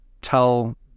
tell